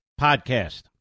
Podcast